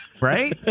Right